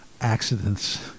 accidents